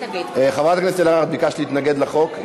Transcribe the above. חברת הכנסת אלהרר, את ביקשת להתנגד לחוק?